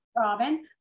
Robin